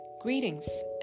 Greetings